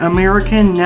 American